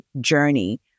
journey